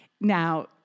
Now